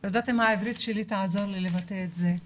לא יודעת אם העברית שלי תעזור לי לבטא את זה.